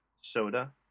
soda